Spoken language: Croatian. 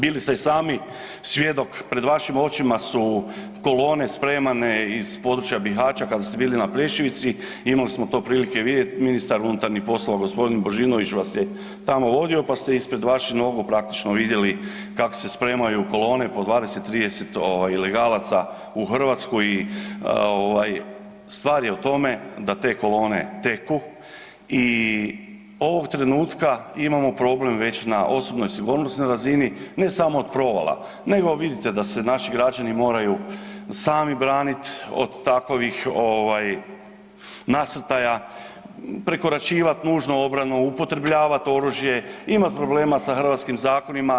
Bili ste i sami svjedok, pred vašim očima su kolone spremane iz područja Bihaća, kada ste bili na Plešivici, imali smo to prilike vidjeti, ministar unutarnjih poslova, g. Božinović vas je tamo vodio pa ste ispred vaših nogu praktično vidjeli kako se spremaju kolone po 20, 30 ilegalaca u Hrvatsku i stvar je u tom da te kolone teku i ovog trenutka imamo problem već na osobnoj sigurnosnoj razini, ne samo od provala, nego vidite da se naši građani moraju sami braniti od takovih nasrtaja, prekoračivati nužnu obranu, upotrebljavati oružje, imati problema sa hrvatskim zakonima.